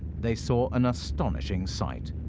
they saw an astonishing sight.